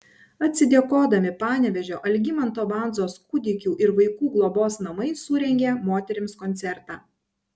atsidėkodami panevėžio algimanto bandzos kūdikių ir vaikų globos namai surengė moterims koncertą